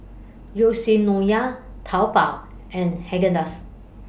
Yoshinoya Taobao and Haagen Dazs